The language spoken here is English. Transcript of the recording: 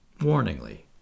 warningly